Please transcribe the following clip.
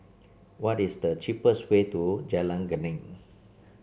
what is the cheapest way to Jalan Geneng